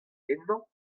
ennañ